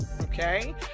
okay